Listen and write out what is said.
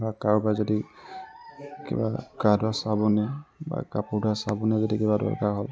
বা কাৰোবাৰ যদি কিবা গা ধোৱা চাবোনেই বা কাপোৰ ধোৱা চাবোনেই যদি কিবা দৰকাৰ হ'ল